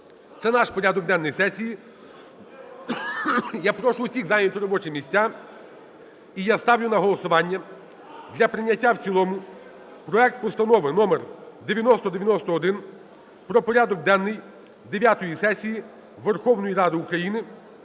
це наш порядок денний сесії. Я прошу всіх зайняти робочі місця. І я ставлю на голосування для прийняття в цілому проект Постанови № 9091 про порядок денний дев'ятої сесії Верховної Ради України